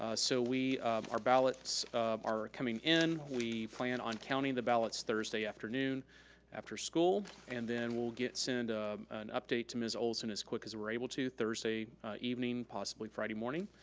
ah so our ballots are coming in. we plan on counting the ballots thursday afternoon after school and then we'll get send an update to ms. olson as quick as we're able to. thursday evening, possibly friday morning